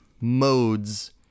modes